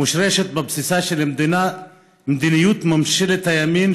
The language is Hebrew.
המושרשת בבסיסה של מדיניות ממשלת הימין,